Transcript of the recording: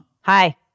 Hi